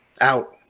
out